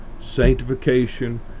sanctification